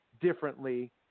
differently